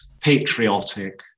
patriotic